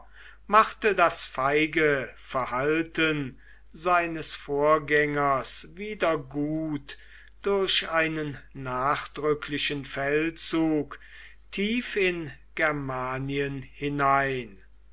machte das feige verhalten seines vorgängers wieder gut durch einen nachdrücklichen feldzug tief in germanien hinein